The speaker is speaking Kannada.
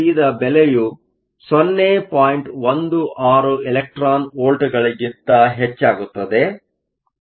16 ಎಲೆಕ್ಟ್ರಾನ್ ವೋಲ್ಟ್ಗಳಿಗಿಂತ ಹೆಚ್ಚಾಗುತ್ತದೆ